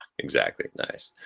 exactly, nice.